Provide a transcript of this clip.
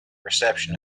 reception